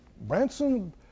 Branson